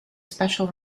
special